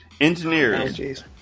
Engineers